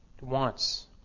wants